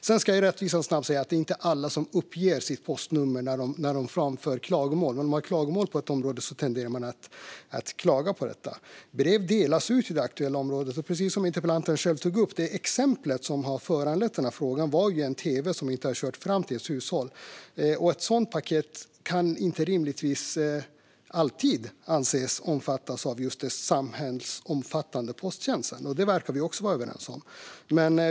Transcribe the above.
Sedan ska jag i rättvisans namn säga att det inte är alla som uppger sitt postnummer när de framför klagomål. Men när det finns ett klagomål att framföra för ett område tenderar man att uppge detta nummer. Brev delas ut i det aktuella området, och det exempel som har föranlett interpellantens fråga var en tv som inte hade körts fram till ett hushåll. Ett sådant paket kan inte rimligtvis alltid anses omfattas av den samhällsomfattande posttjänsten. Och det verkar vi också vara överens om.